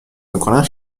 میکنند